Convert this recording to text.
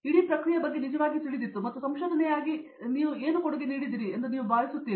ಇಡೀ ಪ್ರಕ್ರಿಯೆಯ ಬಗ್ಗೆ ನಿಮಗೆ ನಿಜವಾಗಿಯೂ ತಿಳಿದಿತ್ತು ಮತ್ತು ಸಂಶೋಧನೆಯಾಗಿ ನೀವು ಕೊಡುಗೆ ನೀಡಿದಿರಿ ಎಂದು ನೀವು ಭಾವಿಸುತ್ತೀರಿ